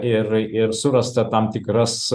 ir ir surasta tam tikras